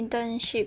internship